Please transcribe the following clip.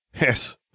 Yes